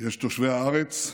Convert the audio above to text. יש תושבי הארץ,